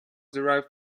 derived